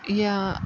ಯಾ